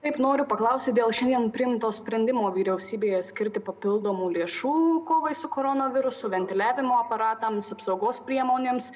taip noriu paklausti dėl šiandien priimto sprendimo vyriausybėje skirti papildomų lėšų kovai su koronavirusu ventiliavimo aparatams apsaugos priemonėms